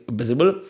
visible